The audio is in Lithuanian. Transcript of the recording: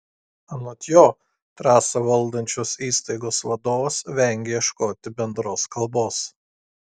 anot jo trasą valdančios įstaigos vadovas vengia ieškoti bendros kalbos